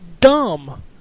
dumb